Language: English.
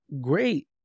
great